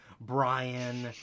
Brian